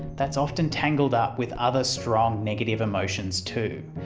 that's often tangled up with other strong negative emotions too,